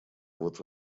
вот